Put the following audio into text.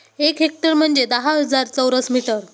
एक हेक्टर म्हणजे दहा हजार चौरस मीटर